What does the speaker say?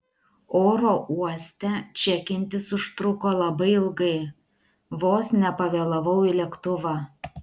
oro uoste čekintis užtruko labai ilgai vos nepavėlavau į lėktuvą